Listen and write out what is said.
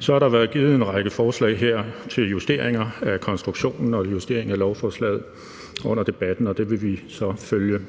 Så har der været givet en række forslag til justering af konstruktionen og justering af lovforslaget under debatten, og det vil vi så følge